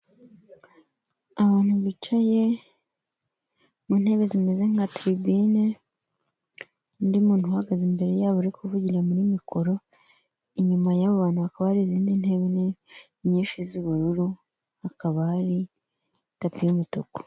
Abantu bicaye mu ntebe zimeze nka tiribine undi muntu uhagaze imbere yabo uri kuvugira muri mikoro, inyuma y'abo bantu hakaba hari izindi ntebe nyinshi z'ubururu hakaba hari tapi y'umutuku.